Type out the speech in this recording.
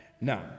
Now